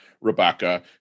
Rebecca